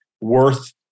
worth